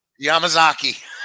Yamazaki